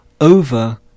over